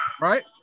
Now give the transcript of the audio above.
right